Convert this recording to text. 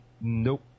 Nope